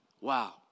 Wow